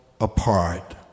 apart